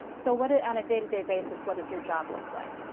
so what is, on a day-to-day basis what does your job look like?